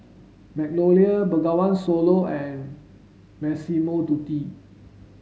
Magnolia Bengawan Solo and Massimo Dutti